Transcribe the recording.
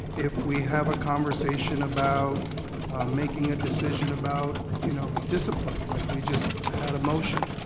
if we have a conversation about making a decision about you know discipline like we just had a motion,